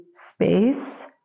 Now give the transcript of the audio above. space